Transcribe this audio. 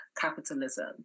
capitalism